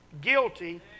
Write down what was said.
Guilty